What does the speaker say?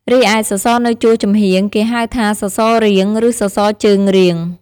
រីឯសសរនៅជួរចំហៀង គេហៅថាសសររៀង ឬសសរជើងរៀង។